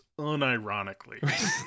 unironically